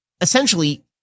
essentially